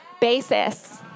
basis